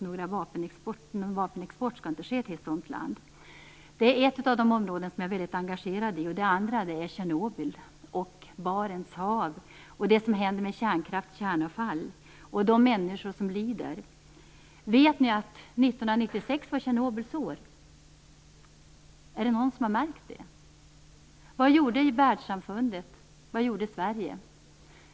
Någon vapenexport skall inte ske till ett sådant land. Detta är ett av de områden som jag är väldigt engagerad i. Ett annat är Tjernobyl, Barents hav, och det som händer med kärnavfallet där och de människor som lider. Vet ni att 1996 var Tjernobyls år? Är det någon som har märkt det? Vad gjorde världssamfundet? Vad gjorde Sverige?